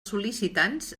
sol·licitants